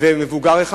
ומבוגר אחד.